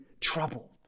troubled